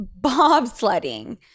bobsledding